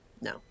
no